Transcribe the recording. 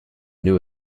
new